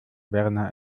werner